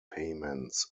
payments